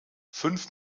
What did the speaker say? fünf